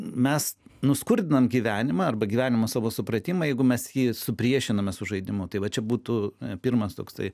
mes nuskurdinam gyvenimą arba gyvenimo savo supratimą jeigu mes jį supriešiname su žaidimu tai va čia būtų pirmas toksai